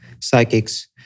psychics